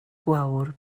gwawr